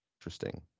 Interesting